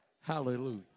hallelujah